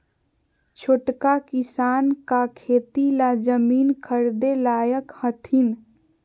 छोटका किसान का खेती ला जमीन ख़रीदे लायक हथीन?